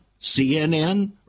CNN